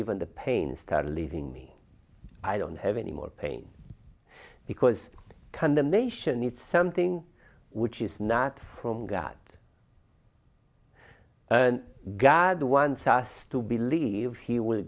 even the pain star leaving me i don't have any more pain because condemnation it's something which is not from god and god wants us to believe he will